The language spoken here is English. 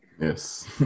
yes